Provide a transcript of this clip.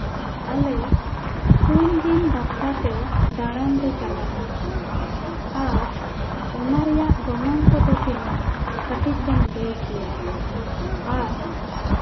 ᱟᱞᱮ ᱯᱩᱱ ᱫᱤᱱ ᱵᱟᱠᱷᱨᱟ ᱛᱮ ᱫᱟᱬᱟᱱ ᱞᱮ ᱪᱟᱞᱟᱜᱼᱟ ᱟᱨ ᱚᱱᱟ ᱨᱮᱭᱟᱜ ᱜᱚᱱᱚᱝ ᱠᱚᱫᱚ ᱛᱤᱱᱟᱹᱜ ᱠᱟᱹᱴᱤᱡ ᱵᱮᱱ ᱞᱟᱹᱭ ᱠᱮᱭᱟ ᱟᱨ